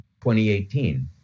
2018